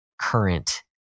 current